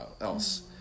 else